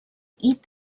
eat